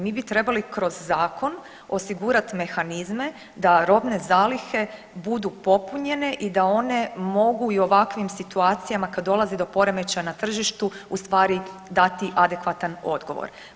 Mi bi trebali kroz zakon osigurati mehanizme da robne zalihe budu popunjene i da one mogu i u ovakvim situacijama kad dolazi do poremećaja na tržištu u stvari dati adekvatan odgovor.